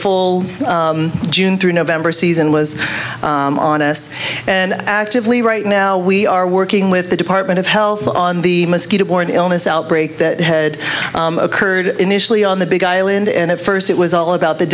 full june through november season was on us and actively right now we are working with the department of health on the mosquito borne illness outbreak that hed occurred initially on the big island and at first it was all about the